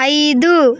ఐదు